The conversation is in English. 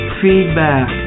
feedback